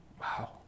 wow